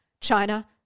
China